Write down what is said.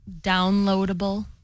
downloadable